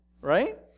right